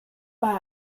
bei